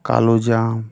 কালোজাম